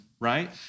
right